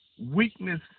weakness